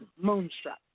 Moonstruck